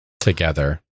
Together